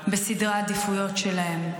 בסדרי העדיפויות שלהם.